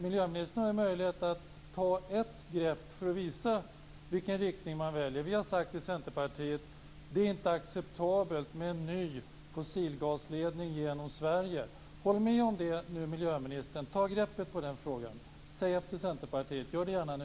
Miljöministern har möjlighet att ta ett grepp för att visa vilken riktning som man väljer. Vi i Centerpartiet har sagt att det inte är acceptabelt med en ny fossilgasledning genom Sverige. Håll med om det, miljöministern! Ta greppet om den frågan! Säg efter Centerpartiet, och gör det gärna nu!